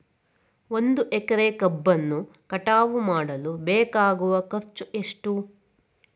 ಒಂದು ಎಕರೆ ಕಬ್ಬನ್ನು ಕಟಾವು ಮಾಡಲು ಬೇಕಾಗುವ ಖರ್ಚು ಎಷ್ಟು?